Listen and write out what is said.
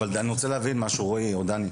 אני רוצה להבין משהו, רועי או דני: